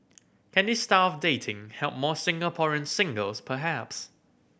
can this style of dating help more Singaporean singles perhaps